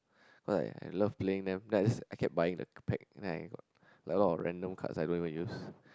like I love playing them then I just I kept buying the pack then I got like a lot of random cards I don't even use